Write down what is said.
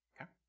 okay